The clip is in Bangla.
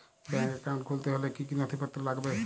ব্যাঙ্ক একাউন্ট খুলতে হলে কি কি নথিপত্র লাগবে?